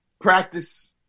Practice